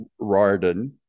Rarden